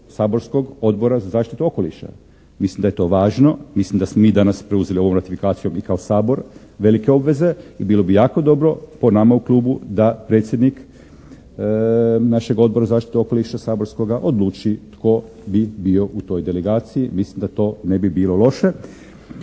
saborskog Odbora za zaštitu okoliša? Mislim da je to važno, da smo mi danas preuzeli ovu ratifikaciju ovdje kao Sabor, velike obveze i bilo bi jako dobro po nama u klubu da predsjednik našeg Odbora za zaštitu okoliša saborskoga odluči tko bi bio u toj delegaciji. Mislim da to ne bi bilo loše.